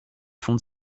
fonde